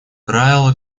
правило